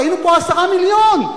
היינו פה עשרה מיליון.